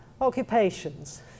occupations